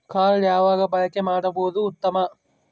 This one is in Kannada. ಕಾರ್ಡ್ ಯಾವಾಗ ಬಳಕೆ ಮಾಡುವುದು ಉತ್ತಮ?